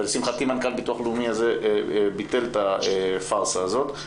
ולשמחתי מנכ"ל הביטוח הלאומי ביטל את הפארסה הזאת.